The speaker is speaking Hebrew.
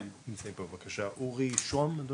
בבקשה, אורי שוהם.